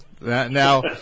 Now